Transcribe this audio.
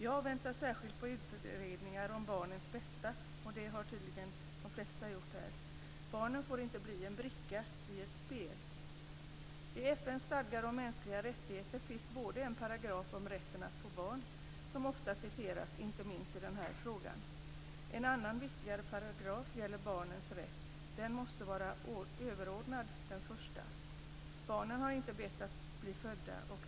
Jag väntar särskilt på utredningar om barnens bästa, och det har tydligen de flesta gjort här. Barnen får inte bli en bricka i ett spel. I FN:s stadgar om mänskliga rättigheter finns en paragraf om rätten att få barn som ofta citeras, inte minst i den här frågan. En annan viktig paragraf gäller barnens rätt. Den måste vara överordnad den första. Barnen har inte bett att få bli födda.